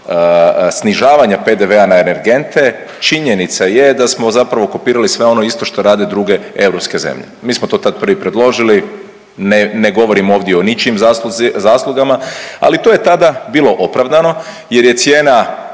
snižavanja PDV-a na energente, činjenica je da smo zapravo okupirali sve ono isto što rade druge europske zemlje, mi smo to tad prvi predložili, ne, ne govorim ovdje o ničijim zaslugama, ali to je tada bilo opravdano jer je cijena